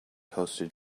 hosted